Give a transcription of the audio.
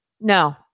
no